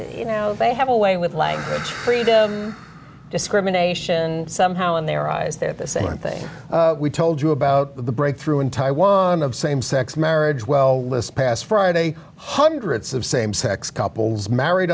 you know they have a way with like discrimination somehow in their eyes they're the same thing we told you about the breakthrough in taiwan of same sex marriage well listen past friday hundreds of same sex couples married